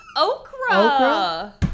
Okra